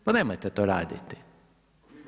Pa nemojte to raditi.